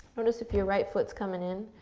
notice if your right foot's coming in.